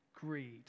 Greed